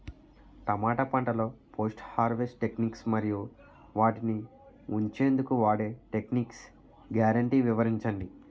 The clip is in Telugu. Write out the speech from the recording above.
టమాటా పంటలో పోస్ట్ హార్వెస్ట్ టెక్నిక్స్ మరియు వాటిని ఉంచెందుకు వాడే టెక్నిక్స్ గ్యారంటీ వివరించండి?